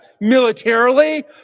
militarily